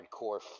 hardcore